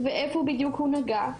ואיפה בדיוק הוא נגע,